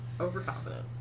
overconfident